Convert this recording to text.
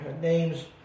names